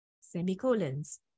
semicolons